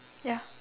ya